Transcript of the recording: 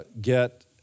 get